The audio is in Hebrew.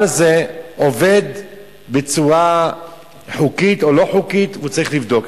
הזה עובד בצורה חוקית או לא חוקית וצריך לבדוק?